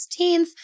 16th